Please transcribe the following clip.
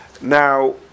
Now